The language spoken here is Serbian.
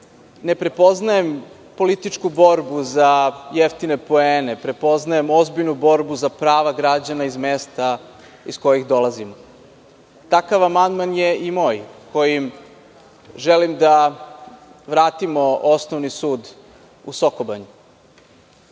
ne prepoznajem političku borbu za jeftine poene, prepoznajem ozbiljnu borbu za prava građana iz mesta iz kojih dolazimo. Takav amandman je i moj, kojim želim da vratimo Osnovni sud u Soko